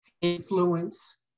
influence